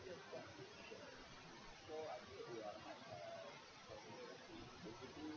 (uh huh)